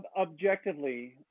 objectively